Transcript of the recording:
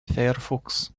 فَيَرفُكس